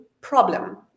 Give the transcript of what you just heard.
problem